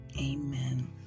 Amen